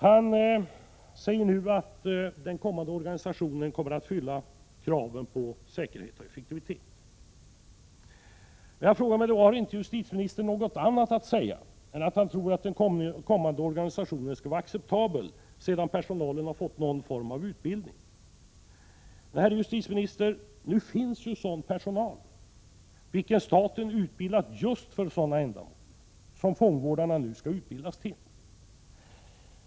Han säger nu att den kommande organisationen kommer att fylla kraven på säkerhet och effektivitet. Jag frågar mig då: Har inte justitieministern något annat att säga än att han tror att den kommande organisationen skall vara acceptabel sedan personal fått någon form av utbildning? Herr justitieminister! Nu finns personal, vilken staten utbildat för just sådana ändamål som fångvårdarna nu skall utbildas för.